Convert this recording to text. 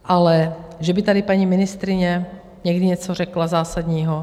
Ale že by tady paní ministryně někdy něco řekla zásadního?